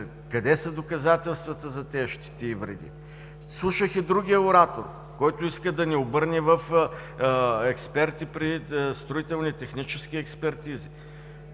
къде са доказателствата за тези щети и вреди! Слушах и другия оратор, който иска да ни обърне в експерти при строителни и технически експертизи.